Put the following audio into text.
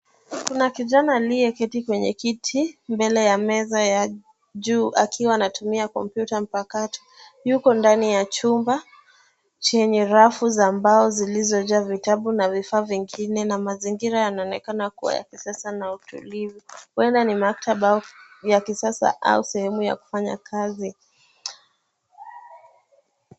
Kuna kijana aliyeketi kwenye kiti mbele ya meza ya juu akiwa anatumia kompyuta mpakato. Yuko ndani ya chumba chenye rafu za mbao zilizojaa vitabu na vifaa vingine na mazingira yanaoenakana kuwa ya kisasa na utulivu. Huenda ni maktaba ya kisasa au sehemu ya kufanya kazi.